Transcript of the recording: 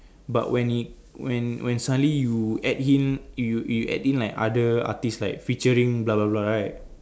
but when it when when suddenly you add in you you add in like other artist like featuring blah blah blah right